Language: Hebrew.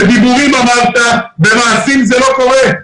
בדיבורים עמדת אבל במעשים זה לא קורה.